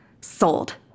Sold